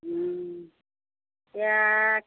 এতিয়া